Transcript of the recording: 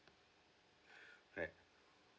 right